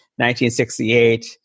1968